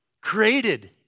Created